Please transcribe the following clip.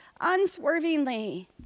unswervingly